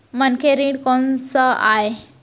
मनखे ऋण कोन स आय?